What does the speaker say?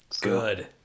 Good